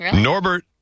Norbert